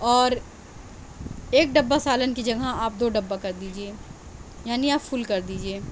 اور ایک ڈبہ سالن کی جگہ آپ دو ڈبہ کر دیجیے یعنی آپ فل کر دیجیے